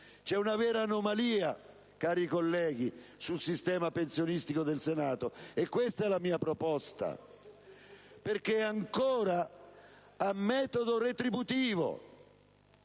C'è una vera anomalia, cari colleghi, sul sistema pensionistico del Senato - e su questo verte la mia proposta - perché esso è ancora a metodo retributivo.